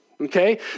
okay